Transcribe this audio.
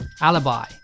Alibi